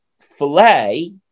filet